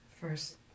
First